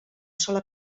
sola